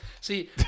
See